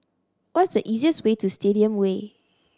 what is the easiest way to Stadium Way